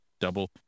double